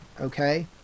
Okay